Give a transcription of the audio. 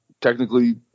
technically